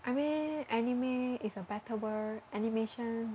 I mean anime is a better word animation